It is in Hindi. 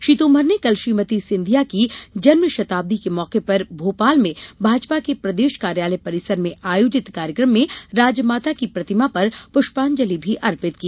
श्री तोमर ने कल श्रीमती सिंधिया की जन्म शताब्दी के मौके पर भोपाल में भाजपा के प्रदेश कार्यालय परिसर में आयोजित कार्यक्रम राजमाता की प्रतिमा पर पुष्पांजलि भी अर्पित की